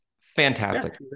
Fantastic